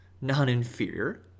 non-inferior